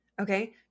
Okay